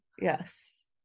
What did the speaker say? yes